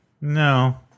No